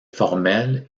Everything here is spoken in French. formelle